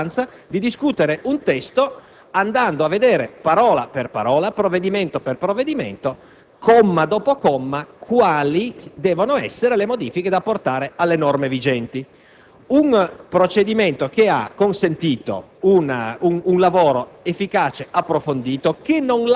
vi è stata la disponibilità da parte dei proponenti e della maggioranza di discutere un testo andando a verificare, parola per parola, provvedimento per provvedimento, comma dopo comma, quali potessero essere le modifiche da apportare alle norme vigenti.